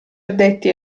addetti